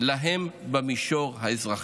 להם במישור האזרחי.